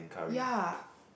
ya